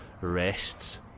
rests